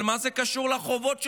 אבל מה זה קשור לחובות שלך?